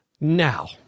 now